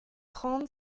trente